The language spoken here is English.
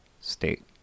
state